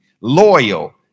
loyal